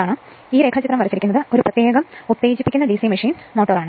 ഇപ്പോൾ ഈ ഡയഗ്രം വരച്ചിരിക്കുന്നത് ഇത് ഒരു പ്രത്യേകം ഉത്തേജിപ്പിക്കുന്ന ഡിസി മെഷീൻ മോട്ടോറാണ്